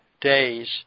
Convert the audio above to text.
days